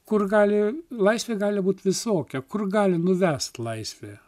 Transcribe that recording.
kur gali laisvė gali būti visokia kur gali nuvesti laisvė